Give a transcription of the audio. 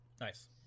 Nice